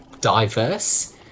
diverse